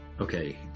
Okay